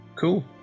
Cool